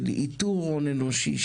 של איתור הון אנושי,